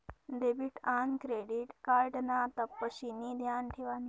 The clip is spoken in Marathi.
डेबिट आन क्रेडिट कार्ड ना तपशिनी ध्यान ठेवानी